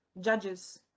judges